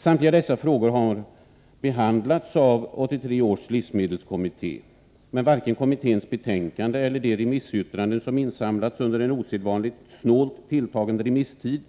Samtliga dessa frågor har behandlats av 1983 års livsmedelskommitté, men varken kommitténs betänkande eller de remissyttranden som insamlats under en osedvanligt snålt tilltagen remisstid